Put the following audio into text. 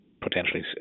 potentially